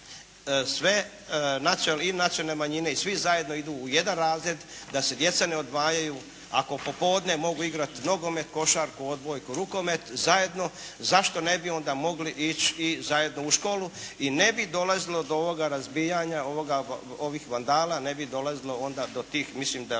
sve, i nacionalne manjine i svi zajedno idu u jedan razred, da se djeca ne odvajaju. Ako popodne mogu igrati nogomet, košarku, odbojku, rukomet zajedno zašto onda ne bi onda mogli ići zajedno u školu i ne bi dolazilo do ovoga razbijanja, ovih vandala, ne bi dolazilo onda do tih, mislim